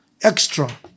extra